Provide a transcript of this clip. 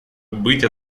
быть